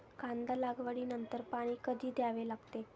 कांदा लागवडी नंतर पाणी कधी द्यावे लागते?